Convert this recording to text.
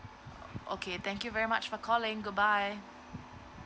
okay thank you very much for calling goodbye